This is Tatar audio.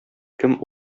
кем